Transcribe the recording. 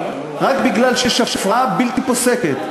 רק בגלל שיש הפרעה בלתי פוסקת,